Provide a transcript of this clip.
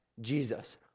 Jesus